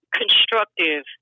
constructive